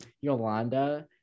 yolanda